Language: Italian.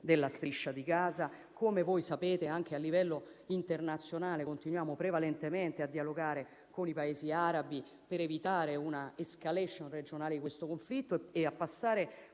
della Striscia di Gaza. Come sapete, anche a livello internazionale continuiamo prevalentemente a dialogare con i Paesi arabi per evitare un'*escalation* regionale di questo conflitto e a passare